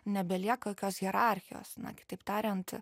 nebelieka jokios hierarchijos na kitaip tariant